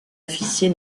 officier